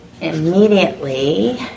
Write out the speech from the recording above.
immediately